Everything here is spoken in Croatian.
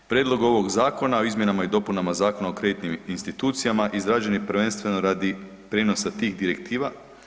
Prijedlog ovog zakona o izmjenama i dopunama Zakona o kreditnim institucijama izrađen je prvenstveno radi prijenosa tih direktiva.